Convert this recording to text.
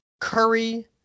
Curry